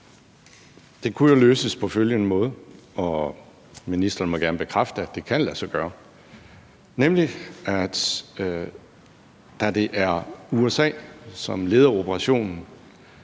Det kunne jo løses på følgende måde – og ministeren må gerne bekræfte, at det kan lade sig gøre – nemlig ved at lade USA tage ansvaret. Da det er USA, som leder operationen,